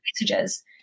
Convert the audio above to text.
messages